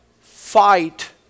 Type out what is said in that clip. fight